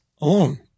alone